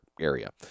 area